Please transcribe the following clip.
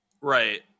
Right